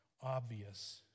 obvious